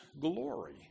glory